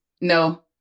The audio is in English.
No